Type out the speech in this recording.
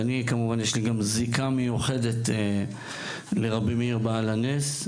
כמובן שגם יש לי זיקה מיוחדת לרבי מאיר בעל הנס.